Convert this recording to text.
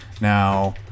Now